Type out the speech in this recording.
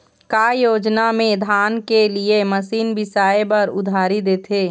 का योजना मे धान के लिए मशीन बिसाए बर उधारी देथे?